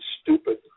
stupid